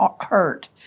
hurt